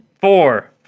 four